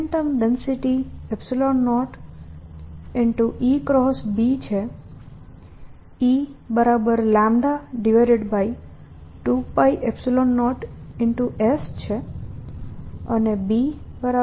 momentum density 0 છે E2π0s છે અને B0K છે